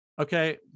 okay